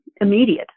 immediate